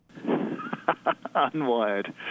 Unwired